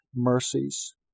mercies